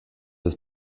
des